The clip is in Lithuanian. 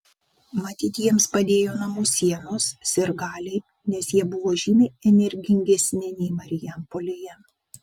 matyt jiems padėjo namų sienos sirgaliai nes jie buvo žymiai energingesni nei marijampolėje